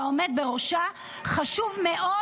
והעומד בראשה חשוב מאוד,